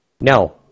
No